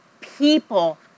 people